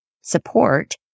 support